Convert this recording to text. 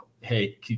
hey